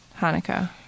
Hanukkah